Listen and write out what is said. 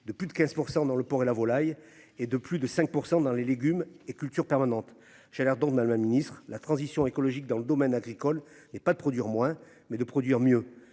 de plus de 15% dans le porc et la volaille. Et de plus de 5% dans les légumes et cultures permanente. J'ai l'air dans dans la ministre la transition écologique dans le domaine agricole n'est pas de produire moins mais de produire mieux,